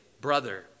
brother